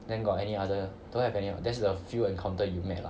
then got any other don't have any that's the few encounter you met ah